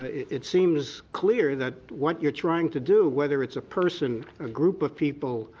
it seems clear that what you're trying to do whether it's a person, a group of people,